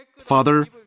Father